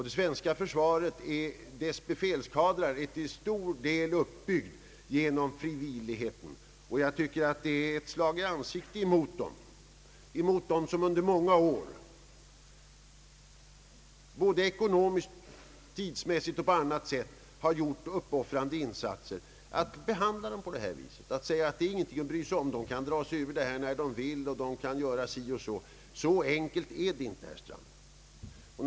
Det svenska försvarets befälskadrar är till stor del uppbyggda på frivillig grund. Jag tycker att det är ett slag i ansiktet mot dem, som under många år har gjort ekonomiskt, tidsmässigt och på annat sätt uppoffrande insatser, att behandla dem på detta vis och säga att de inte är någonting att bry sig om, eftersom de kan dra sig ur tjänsten när de vill. Så enkelt är det inte, herr Strand.